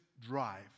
drive